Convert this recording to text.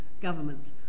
government